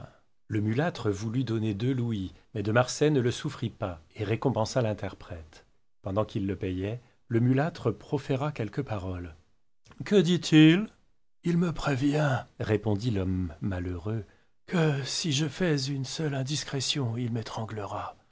le mulâtre voulut donner deux louis mais de marsay ne le souffrit pas et récompensa l'interprète pendant qu'il le payait le mulâtre proféra quelques paroles que dit-il il me prévient répondit l'homme malheureux que si je fais une seule indiscrétion il m'étranglera